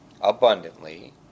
abundantly